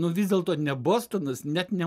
nu vis dėlto ne bostonas net ne